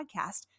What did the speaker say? Podcast